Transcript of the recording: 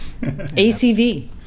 ACV